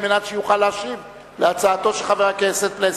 על מנת שיוכל להשיב על הצעתו של חבר הכנסת פלסנר.